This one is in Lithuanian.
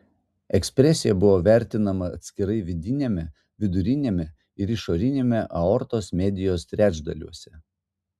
ekspresija buvo vertinama atskirai vidiniame viduriniame ir išoriniame aortos medijos trečdaliuose